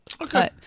Okay